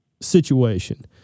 situation